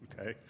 Okay